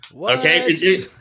Okay